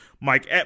Mike